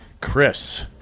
Chris